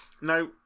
Now